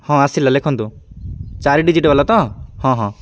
ହଁ ଆସିଲା ଲେଖନ୍ତୁ ଚାରି ଡିଜିଟ୍ ବାଲା ତ ହଁ ହଁ